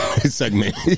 segment